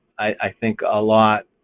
i think a lot,